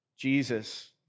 Jesus